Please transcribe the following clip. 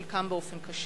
חלקם באופן קשה.